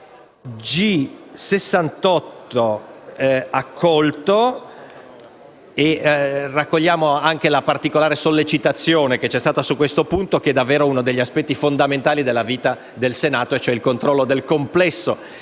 G68: raccogliamo anche la particolare sollecitazione che vi è stata su questo punto, che rappresenta davvero uno degli aspetti fondamentali della vita del Senato, ossia il controllo del complesso